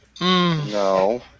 No